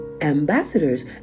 ambassadors